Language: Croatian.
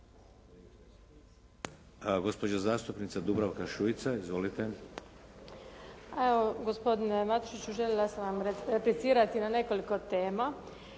Gospodine Matušiću želila sam vam replicirati na nekoliko tema.